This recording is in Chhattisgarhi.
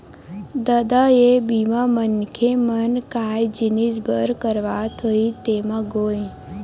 ददा ये बीमा मनखे मन काय जिनिय बर करवात होही तेमा गोय?